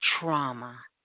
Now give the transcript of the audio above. Trauma